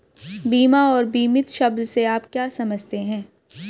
बीमा और बीमित शब्द से आप क्या समझते हैं?